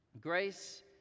Grace